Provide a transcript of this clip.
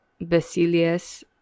Basilius